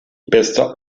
bester